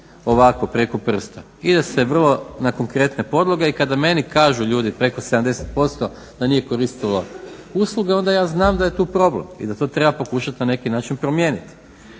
ovako preko prsta. Ide se vrlo na konkretne podloge i kada meni kažu ljudi preko 70% da nije koristilo usluge onda ja znam da je tu problem i da to treba pokušati na neki način promijeniti.